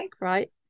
right